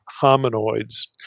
Hominoids